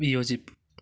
വിയോജിപ്പ്